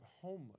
homeless